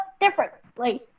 differently